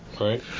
Right